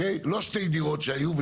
לא שתי דירות שהיו,